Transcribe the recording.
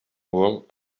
уол